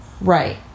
right